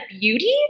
Beauty